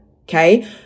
okay